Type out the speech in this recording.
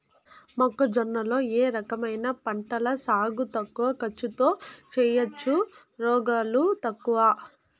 మొక్కజొన్న లో ఏ రకమైన పంటల సాగు తక్కువ ఖర్చుతో చేయచ్చు, రోగాలు తక్కువ?